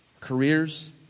careers